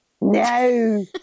no